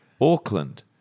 Auckland